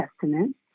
Testament